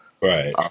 Right